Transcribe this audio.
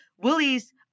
Willie's